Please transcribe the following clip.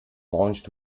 launched